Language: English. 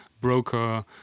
broker